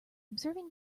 observing